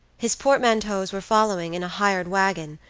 his portmanteaus were following in a hired wagon,